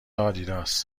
آدیداس